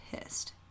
pissed